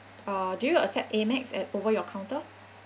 uh do you accept AMEX at over your counter